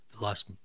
lost